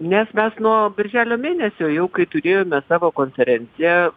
nes mes nuo birželio mėnesio jau kai turėjome savo konferenciją